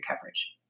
coverage